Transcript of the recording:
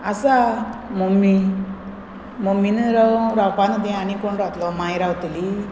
आसा मम्मी मम्मीन राव रावपा न्हू तें आनी कोण रावतलो माय रावतली